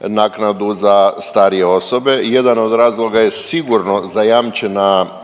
naknadu za starije osobe. Jedan od razloga je sigurno zajamčena